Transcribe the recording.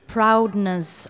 Proudness